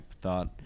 thought